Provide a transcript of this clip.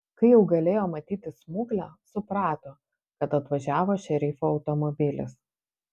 kai jau galėjo matyti smuklę suprato kad atvažiavo šerifo automobilis